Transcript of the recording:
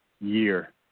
year